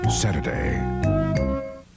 Saturday